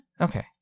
okay